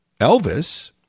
Elvis